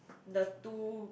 the two